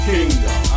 Kingdom